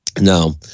Now